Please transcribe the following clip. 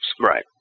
Right